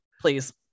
Please